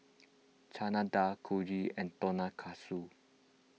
Chana Dal Kulfi and Tonkatsu